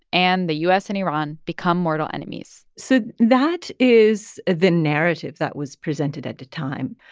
and the u s. and iran become mortal enemies so that is the narrative that was presented at the time.